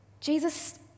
Jesus